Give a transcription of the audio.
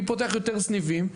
מי פתוח יותר סניפים.